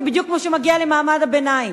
ובדיוק כמו שמגיע למעמד הביניים.